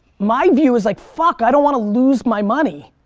my view is like, fuck, i don't wanna lose my money.